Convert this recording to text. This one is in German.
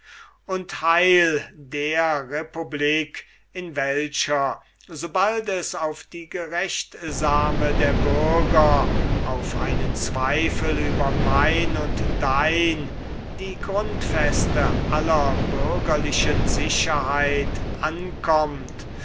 und heil der republik in welcher sobald es auf die gerechtsame der bürger auf einen zweifel über mein und dein die grundfeste aller bürgerlichen sicherheit ankömmt